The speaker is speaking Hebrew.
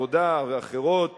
העבודה ואחרות